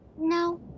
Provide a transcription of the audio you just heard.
no